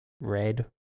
red